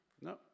no